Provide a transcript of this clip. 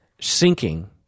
sinking